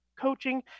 coaching